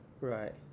right